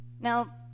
Now